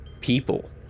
people